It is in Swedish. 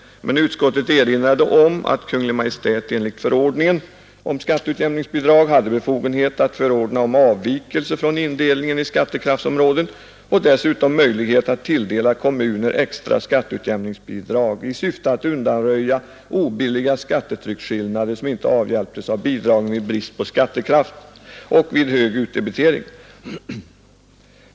Men utskottet erinrade om att Kungl. Maj:t enligt förordningen om skatteutjämningsbidrag hade befogenhet att förordna om avvikelse från indelningen i skattekraftsområden och dessutom möjlighet att tilldela kommuner extra skatteutjämningsbidrag i syfte att undanröja obilliga skattetrycksskillnader som inte avhjälptes av bidragen vid brist på skattekraft och vid hög utdebitering.